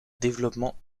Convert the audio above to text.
développement